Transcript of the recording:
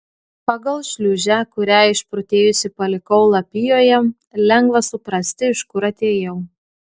pagal šliūžę kurią išprotėjusi palikau lapijoje lengva suprasti iš kur atėjau